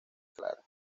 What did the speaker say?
clara